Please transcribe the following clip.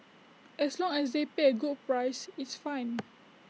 as long as they pay A good price it's fine